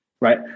right